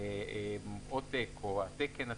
שעותק, או התקן,